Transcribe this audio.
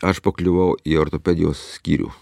aš pakliuvau į ortopedijos skyrių